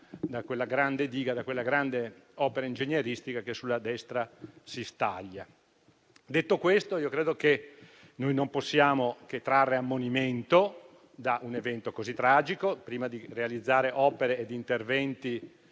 da quella diga, da quella grande opera ingegneristica che si staglia in quella direzione. Detto questo, io credo che noi non possiamo che trarre ammonimento da un evento così tragico. Prima di realizzare opere e interventi